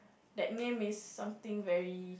that name is something very